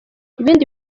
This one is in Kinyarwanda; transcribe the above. ibindi